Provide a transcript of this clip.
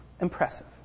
impressive